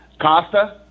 Costa